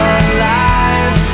alive